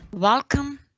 Welcome